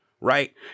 Right